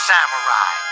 Samurai